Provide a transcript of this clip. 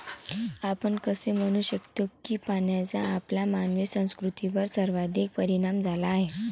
आपण असे म्हणू शकतो की पाण्याचा आपल्या मानवी संस्कृतीवर सर्वाधिक परिणाम झाला आहे